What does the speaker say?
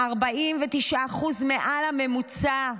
49% מעל הממוצע.